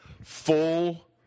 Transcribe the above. full